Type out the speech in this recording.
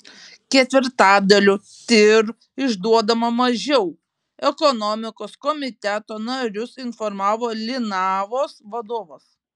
ketvirtadaliu tir išduodama mažiau ekonomikos komiteto narius informavo linavos vadovas